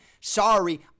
Sorry